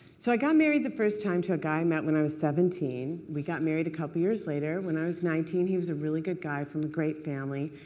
so i got married the first time to a guy i met when i was seventeen. we got married a couple of years later, when i was nineteen. he was a really good guy from a great family,